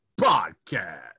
Podcast